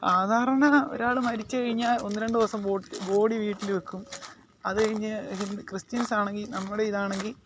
സാധാരണ ഒരാൾ മരിച്ചു കഴിഞ്ഞാൽ ഒന്ന് രണ്ട് ദിവസം ബോഡി വീട്ടിൽ വെക്കും അത് കഴിഞ്ഞ് ക്രിസ്ത്യൻസ് ആണെങ്കിൽ നമ്മുടെ ഇതാണെങ്കിൽ